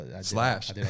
Slash